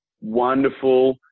wonderful